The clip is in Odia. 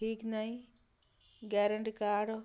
ଠିକ୍ ନାହିଁ ଗ୍ୟାରେଣ୍ଟି କାର୍ଡ଼